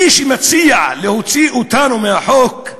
מי שמציע להוציא אותנו מחוץ לחוק,